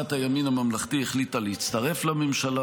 שסיעת הימין הממלכתי החליטה להצטרף לממשלה,